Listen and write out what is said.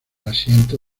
asiento